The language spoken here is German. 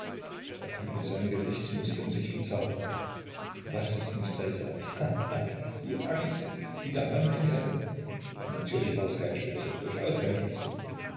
er fühlte seine gesichtsmuskeln sich verzerren was ist nicht seltsam ha ha ha die angst die der mann vor mir hatte natürlich war es kein spitzel durchaus kein spitzel